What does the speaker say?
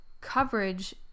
Coverage